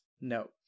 No